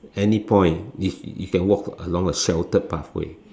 any point if you can walk along a sheltered pathway